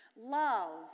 Love